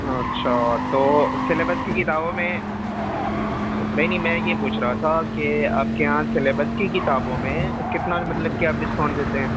اچھا تو سلیبس کی کتابوں میں نہیں نہیں میں یہ پوچھ رہا تھا کہ آپ کے یہاں سلیبس کی کتابوں میں کتنا مطلب کہ آپ ڈسکاؤنٹ دیتے ہیں